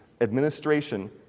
administration